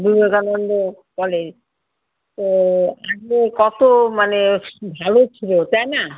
Vivekananda college তো আগে কত মানে ভ্যালু ছিলো তাই না